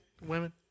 Women